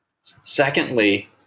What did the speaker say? Secondly